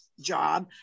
job